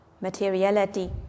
materiality